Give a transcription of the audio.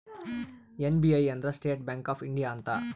SBI ಅಂದ್ರ state bank of India ಅಂತ